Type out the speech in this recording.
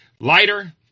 Lighter